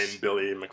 Billy